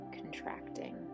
contracting